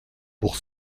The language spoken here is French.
pour